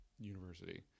University